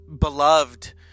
beloved